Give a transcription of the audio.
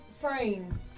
frame